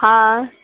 हँ